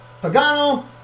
Pagano